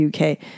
UK